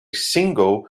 single